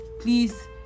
Please